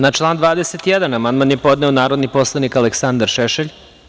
Na član 21. amandman je podneo narodni poslanik Aleksandar Šešelj.